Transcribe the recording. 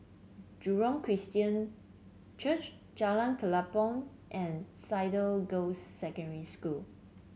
Jurong Christian Church Jalan Kelempong and Cedar Girls' Secondary School